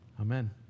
Amen